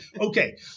Okay